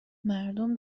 مردم